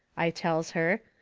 i tells her,